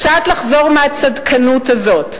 קצת לחזור מהצדקנות הזאת,